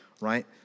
right